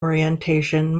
orientation